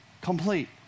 complete